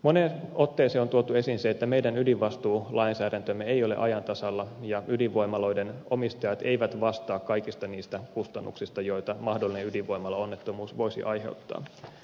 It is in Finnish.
moneen otteeseen on tuotu esiin se että meidän ydinvastuulainsäädäntömme ei ole ajan tasalla ja ydinvoimaloiden omistajat eivät vastaa kaikista niistä kustannuksista joita mahdollinen ydinvoimalaonnettomuus voisi aiheuttaa